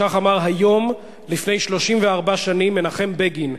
כך אמר היום לפני 34 שנים מנחם בגין,